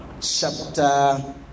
chapter